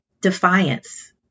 defiance